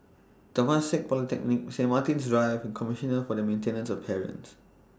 Temasek Polytechnic Saint Martin's Drive and Commissioner For The Maintenance of Parents